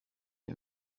uyu